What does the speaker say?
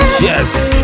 Yes